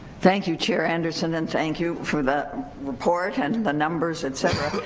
thank you chair anderson, and thank you for the report and the numbers et cetera,